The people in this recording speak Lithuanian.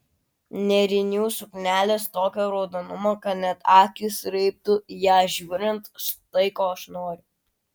nėrinių suknelės tokio raudonumo kad net akys raibtų į ją žiūrint štai ko aš noriu